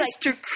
Mr